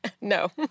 No